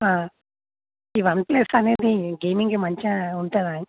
ఈ OnePlus అనేది గేమింగ్కి మంచిగా ఉంటదాండి